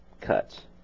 cuts